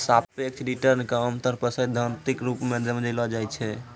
सापेक्ष रिटर्न क आमतौर पर सैद्धांतिक रूप सें समझलो जाय छै